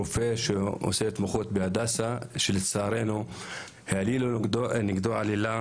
רופא שעושה התמחות בהדסה ולצערנו העלילו נגדו עלילה